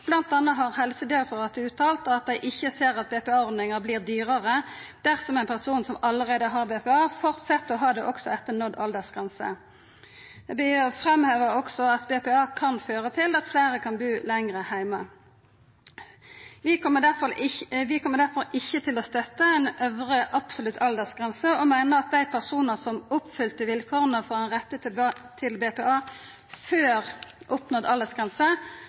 anna har Helsedirektoratet uttalt at dei ikkje ser at BPA-ordninga vert dyrare dersom ein person som allereie har BPA, held fram med å ha det også etter nådd aldersgrense. Det vert framheva også at BPA kan føra til at fleire kan bu lenger heime. Vi kjem derfor ikkje til å stø ei øvre absolutt aldersgrense, og meiner at dei personane som oppfylte vilkåra for ein rett til BPA før oppnådd